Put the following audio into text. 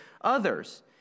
others